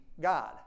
God